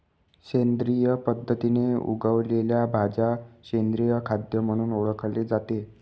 सेंद्रिय पद्धतीने उगवलेल्या भाज्या सेंद्रिय खाद्य म्हणून ओळखले जाते